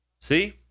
See